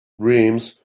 dreams